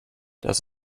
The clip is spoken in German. das